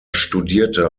studierte